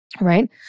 right